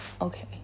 Okay